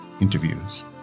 interviews